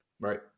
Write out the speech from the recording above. right